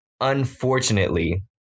unfortunately